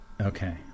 Okay